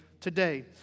today